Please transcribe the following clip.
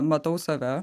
matau save